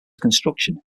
construction